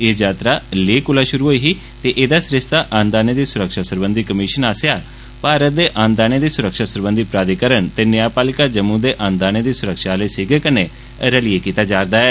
ए यात्रा लेह कोला शुरु होई हीते एहदा सरिस्ता अन्नदाने दी सुरक्षा सरबंधी कमीश्न आस्सेआ भारत दे अन्न देदाने दी सुरक्षा सरबंधी प्राधिकरण ते नगरपालिका जम्मू दे अन्न दाने दी सुरक्षा आहले सीगे कन्नै रलियै कीता जारदा ऐ